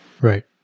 right